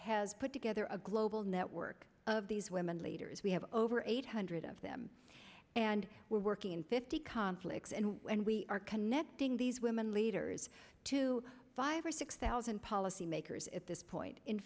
has put together a global network of these women leaders we have over eight hundred of them and we're working in fifty conflicts and we are connecting these women leaders to five or six thousand policymakers at this point in